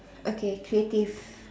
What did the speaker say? okay creative